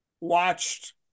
watched